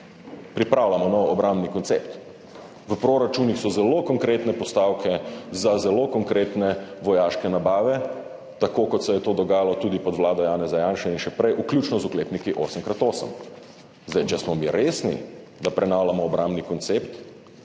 pripravljamo nov obrambni koncept. V proračunih so zelo konkretne postavke za zelo konkretne vojaške nabave, tako kot se je to dogajalo tudi pod vlado Janeza Janše in še prej, vključno z oklepniki 8x8. Če smo mi resni, da prenavljamo obrambni koncept,